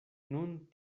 nun